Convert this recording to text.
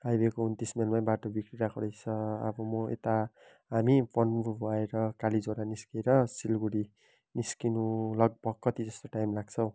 अहिलेको उन्तिस माइलमा बाटो बिग्रिरहेको रहेछ अब म यता हामी पन्बू भएर कालीझोडा निस्केर सिलगढी निस्किनु लगभग कति जस्तो टाइम लाग्छ हो